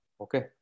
okay